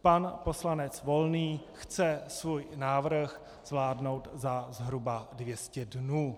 Pan poslanec Volný chce svůj návrh zvládnout za zhruba 200 dnů.